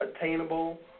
Attainable